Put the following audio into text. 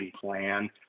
plan